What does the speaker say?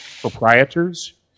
proprietor's